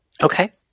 Okay